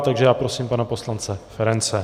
Takže já prosím pana poslance Ferance.